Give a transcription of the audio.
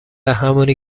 همونی